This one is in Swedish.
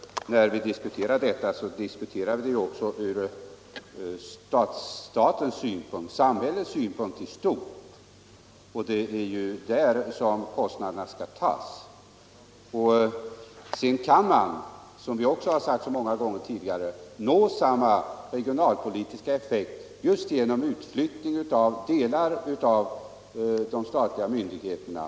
När vi diskuterar detta gör vi det ju även från samhällets synpunkt i stort och det är med samhällets medel kostnaderna skall täckas. Man kan, som vi också sagt så många gånger tidigare, nå samma regionalpolitiska effekter just genom utflyttning av delar av de statliga myndigheterna.